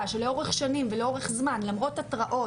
שלאורך שנים ולאורך זמן למרות התרעות,